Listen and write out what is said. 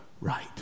right